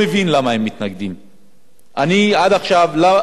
אני לא מבין למה הם מתנגדים.